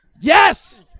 Yes